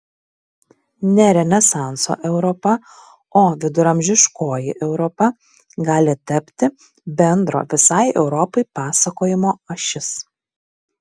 ne renesanso europa o viduramžiškoji europa gali tapti bendro visai europai pasakojimo ašis